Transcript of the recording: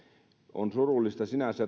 on surullista sinänsä